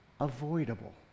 avoidable